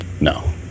No